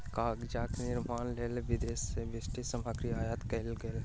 कागजक निर्माणक लेल विदेश से विशिष्ठ सामग्री आयात कएल गेल